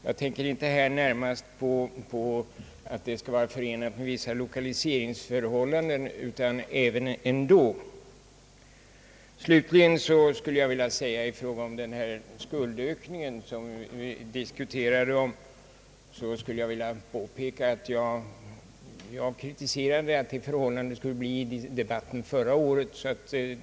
Jag tänker här inte närmast på att det skulle vara förenat med visst lokaliseringssyfte utan rent allmänt. I fråga om den skuldökning som vi nu diskuterar skulle jag vilja påpeka att jag i debatten förra året i kritiska ordalag framhöll att en sådan skuldökning skulle uppstå.